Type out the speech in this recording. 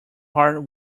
hard